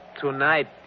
tonight